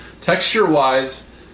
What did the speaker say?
Texture-wise